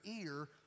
ear